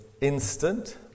instant